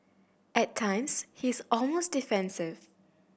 at times he is almost defensive